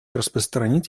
распространить